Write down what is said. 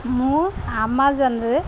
ମୁଁ ଆମାଜନରେ